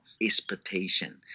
expectation